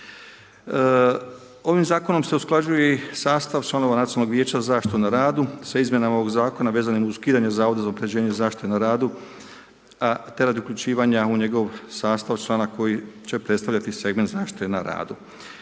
Ovim zakonom se usklađuje i sastav članova Nacionalnog vijeća za zaštitu na radu, sa izmjenama ovog zakona vezanim uz ukidanje Zavoda za unapređenje zaštite na radu, te radi uključivanja u njegov sastav člana koji će predstavljati segment zaštite na radu.